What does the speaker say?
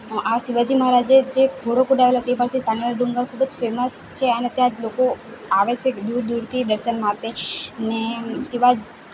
આ શિવાજી મહારાજે જે ઘોડો કુદાવેલો હતો તે પરથી પાનેરા ડુંગર ખુબજ ફેમસ છે અને ત્યાં જ લોકો આવે છે દૂર દૂરથી દર્શન માટે અને શિવા